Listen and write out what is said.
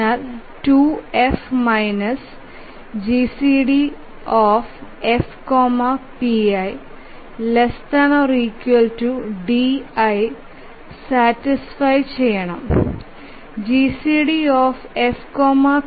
അതിനാൽ 2F GCD F pi ≤ di satisfy ചെയ്യണം